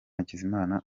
hakizimana